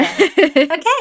okay